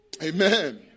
Amen